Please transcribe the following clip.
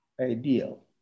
ideal